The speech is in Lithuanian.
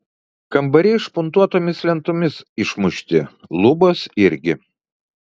kambariai špuntuotomis lentomis išmušti lubos irgi